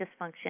dysfunction